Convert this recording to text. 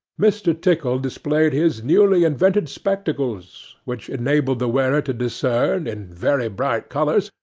mr. tickle displayed his newly-invented spectacles, which enabled the wearer to discern, in very bright colours,